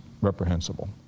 reprehensible